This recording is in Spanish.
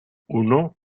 uno